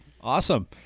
Awesome